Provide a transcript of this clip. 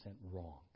wrong